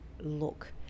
look